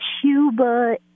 Cuba